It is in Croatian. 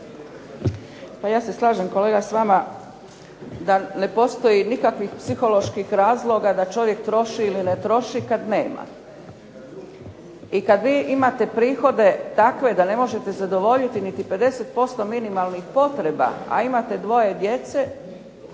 Pa ja se slažem kolega s vama da ne postoji nikakvih psiholoških razloga da čovjek troši ili ne troši kada nema. I kada vi imate prihode takve da ne možete zadovoljiti niti 50% minimalnih potreba a imate dvoje djece,